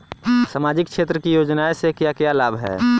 सामाजिक क्षेत्र की योजनाएं से क्या क्या लाभ है?